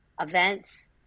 events